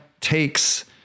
takes